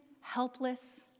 helpless